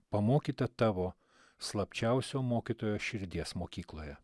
pamokyta tavo slapčiausio mokytojo širdies mokykloje